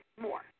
more